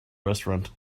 restaurant